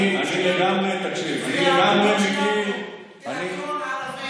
לפי העמדות שלנו?